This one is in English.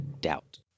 Doubt